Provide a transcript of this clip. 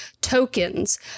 tokens